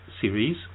series